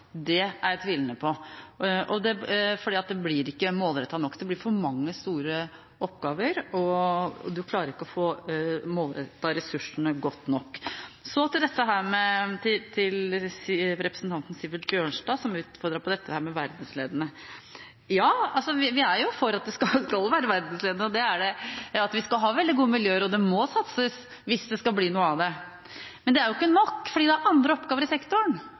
godt, er jeg tvilende til, for det blir ikke målrettet nok. Det blir for mange, store oppgaver, og man klarer ikke å få målrettet ressursene godt nok. Så til representanten Sivert Bjørnstad, som utfordret meg på dette med verdensledende miljøer. Ja, vi er for at det skal være verdensledende miljøer. Vi skal ha veldig gode miljøer, og det må satses hvis det skal bli noe av det. Men det er jo ikke nok, for det er andre oppgaver i sektoren